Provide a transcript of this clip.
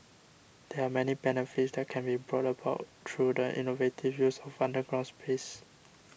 there are many benefits that can be brought about through the innovative use of underground space